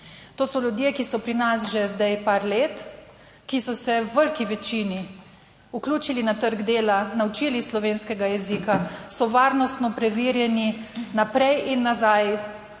to so ljudje, ki so pri nas že zdaj par let, ki so se v veliki večini vključili na trg dela, naučili slovenskega jezika, so varnostno preverjeni naprej in nazaj